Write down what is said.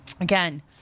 again